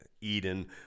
Eden